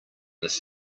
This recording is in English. this